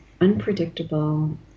unpredictable